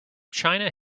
china